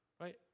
right